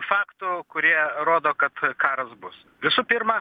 faktų kurie rodo kad karas bus visų pirma